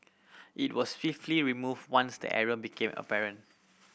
it was swiftly removed once the error became apparent